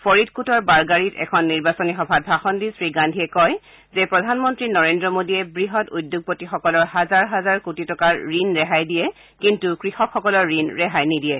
ফৰিদকুটৰ বাৰ্গৰীত এখন নিৰ্বাচনী সভাত ভাষন দি শ্ৰীগান্ধীয়ে কয় যে প্ৰধানমন্ত্ৰী নৰেদ্ৰ মোদীয়ে বৃহৎ উদ্যোগপতীসকলৰ হাজাৰ কোটি টকাৰ ঋণ ৰেহাই দিয়ে কিন্তু কৃষকসকলৰ ঋণ ৰেহাই নিদিয়ে